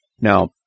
Now